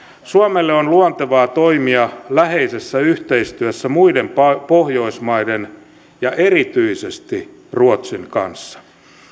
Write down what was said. suomelle on luontevaa toimia läheisessä yhteistyössä muiden pohjoismaiden ja erityisesti ruotsin kanssa